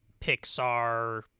Pixar